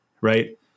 right